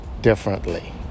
differently